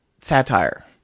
Satire